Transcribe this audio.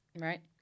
right